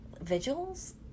Vigils